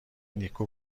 نیکو